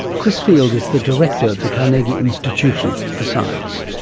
chris field is the director of the carnegie institution for science.